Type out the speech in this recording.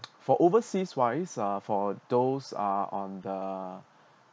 for overseas wise uh for those are on the